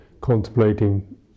contemplating